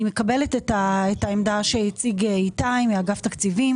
אני מקבלת את העמדה שהציג איתי מאגף התקציבים